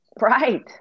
right